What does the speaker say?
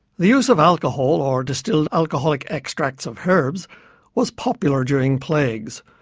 the use of alcohol or distilled alcoholic extracts of herbs was popular during plagues,